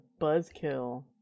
buzzkill